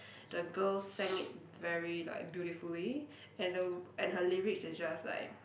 the girl sang it very like beautifully and the and her lyrics is just like